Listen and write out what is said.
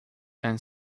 and